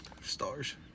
stars